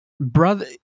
brother